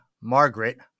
Margaret